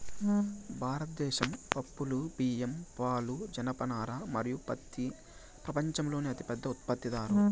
భారతదేశం పప్పులు, బియ్యం, పాలు, జనపనార మరియు పత్తి ప్రపంచంలోనే అతిపెద్ద ఉత్పత్తిదారు